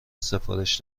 سفارش